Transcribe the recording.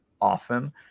often